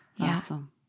Awesome